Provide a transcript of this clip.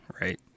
right